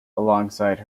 alongside